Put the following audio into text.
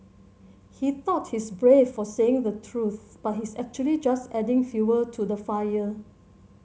he thought he's brave for saying the truth but he's actually just adding fuel to the fire